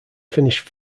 finished